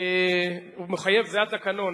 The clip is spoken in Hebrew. הוא מחייב, זה התקנון,